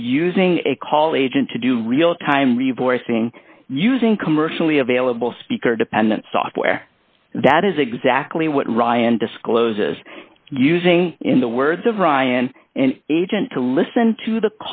of using a call agent to do real time reversing using commercially available speaker dependent software that is exactly what ryan discloses using in the words of ryan an agent to listen to the